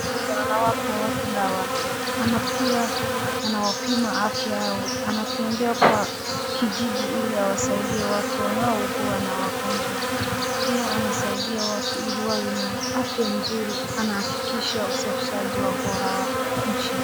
Anawapa watu dawa, anawapima afya, anatembea kwa kijiji ili awasaidie watu hawa wanaougua na wagonjwa pia anasaidia watu ili wawe na afya mzuri na anahakikisha usafishaji wa bora wa nchi.